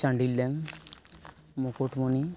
Chandil dam Mukutmoni